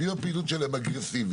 אם הפעילות שלהם היא אגרסיבית,